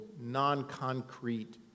non-concrete